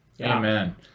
Amen